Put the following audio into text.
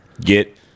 get